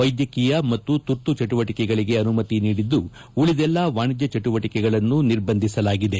ವೈದ್ಯಕೀಯ ಮತ್ತು ತುರ್ತು ಚಟುವಟಿಕೆಗಳಗೆ ಅನುಮತಿ ನೀಡಿದ್ದು ಉಳದೆಲ್ಲಾ ವಾಣಿಜ್ಯ ಚಟುವಟಿಕೆಗಳನ್ನು ನಿರ್ಬಂಧಿಸಲಾಗಿದೆ